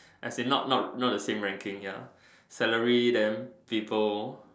as in not not not the same ranking ya salary then people